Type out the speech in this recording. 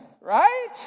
right